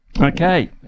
Okay